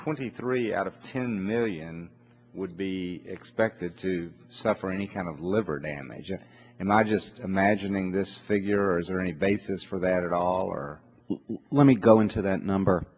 twenty three out of ten million would be expected to suffer any kind of liver damage and i just imagining this figure or is there any basis for that at all or let me go into that number